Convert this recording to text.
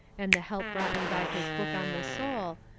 and the help brought me by his book on the soul,